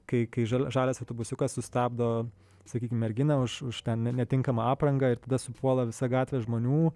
kai kai žal žalias autobusiukas sustabdo sakykim mergina už tą netinkamą aprangą ir tada supuola visa gatvė žmonių